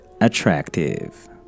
attractive